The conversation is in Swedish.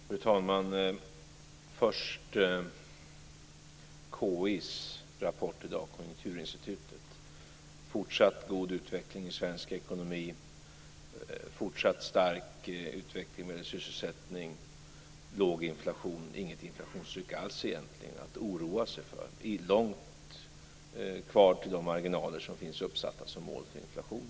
Fru talman! Först till Konjunkturinstitutets rapport som kom i dag. Det talas om fortsatt god utveckling i svensk ekonomi, fortsatt stark utveckling vad gäller sysselsättning och låg inflation, egentligen inget inflationstryck alls att oroa sig för. Det är långt kvar till de marginaler som finns uppsatta som mål för inflationen.